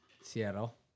Seattle